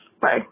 Bye